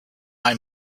call